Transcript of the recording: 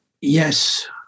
Yes